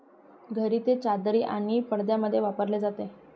घरी ते चादरी आणि पडद्यांमध्ये वापरले जाते